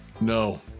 No